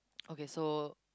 okay so